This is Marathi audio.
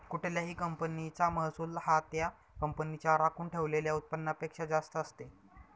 कुठल्याही कंपनीचा महसूल हा त्या कंपनीच्या राखून ठेवलेल्या उत्पन्नापेक्षा जास्त असते